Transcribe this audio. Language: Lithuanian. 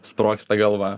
sprogsta galva